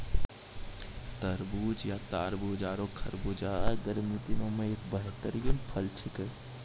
तरबूज या तारबूज आरो खरबूजा गर्मी दिनों के एक बेहतरीन फल छेकै